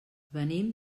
venim